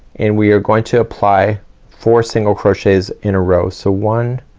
and we are going to apply four single crochets in a row. so one